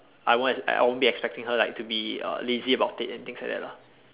I won't I won't be expecting her like to be err lazy about it and things like that lah